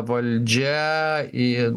valdžia į